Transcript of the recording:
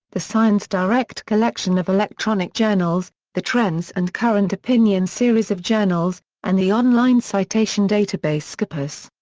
the sciencedirect collection of electronic journals, the trends and current opinion series of journals, and the online citation database scopus.